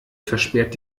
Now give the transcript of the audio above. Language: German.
versperrt